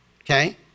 okay